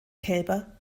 kälber